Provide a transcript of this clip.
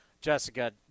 Jessica